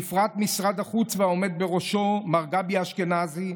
ובפרט משרד החוץ והעומד בראשו מר גבי אשכנזי,